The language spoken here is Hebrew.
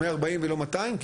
ה- 140 ולא 200?